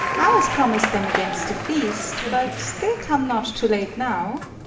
i was promis'd them against the feast but they come not too late now.